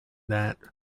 that